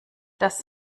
das